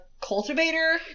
cultivator